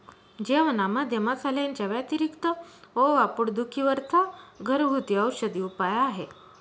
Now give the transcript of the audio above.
जेवणामध्ये मसाल्यांच्या व्यतिरिक्त ओवा पोट दुखी वर चा घरगुती औषधी उपाय आहे